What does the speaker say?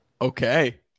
okay